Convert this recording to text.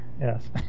yes